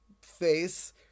face